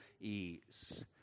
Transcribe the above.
ease